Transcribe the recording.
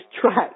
track